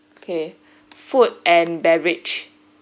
okay food and beverage